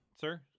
sir